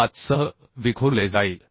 5 सह विखुरले जाईल